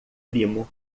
primo